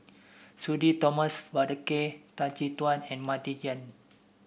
Sudhir Thomas Vadaketh Tan Chin Tuan and Martin Yan